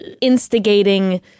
instigating